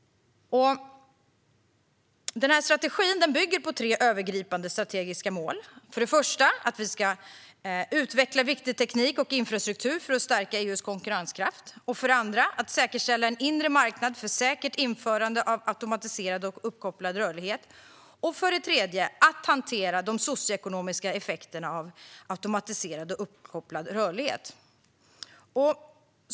Strategin bygger på tre övergripande strategiska mål: för det första att vi ska utveckla viktig teknik och infrastruktur för att stärka EU:s konkurrenskraft, för det andra att säkerställa en inre marknad för säkert införande av automatiserad och uppkopplad rörlighet och för det tredje att hantera de socioekonomiska effekterna av automatiserad och uppkopplad rörlighet.